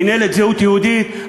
מינהלת זהות יהודית,